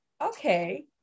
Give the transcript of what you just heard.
okay